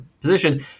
position